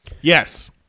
Yes